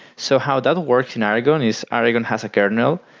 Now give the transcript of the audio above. so how that works in aragon is aragon has a kernel.